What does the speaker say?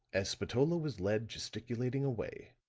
as spatola was led gesticulating away,